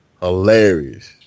hilarious